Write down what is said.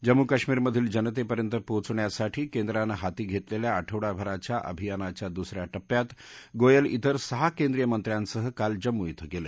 जम्मू कश्मिरमधील जनतेपर्यंत पोहोचण्यासाठी केंद्रानं हाती घेतलेल्या आठवडाभराच्या अभियानाच्या दुसऱ्या पि्यात गोयल इतर सहा केंद्रीय मंत्र्यांसह काल जम्मू इथं गेले